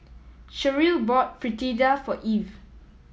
Cherrelle bought Fritada for Evie